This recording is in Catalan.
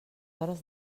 hores